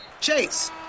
Chase